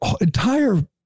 entire